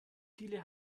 viele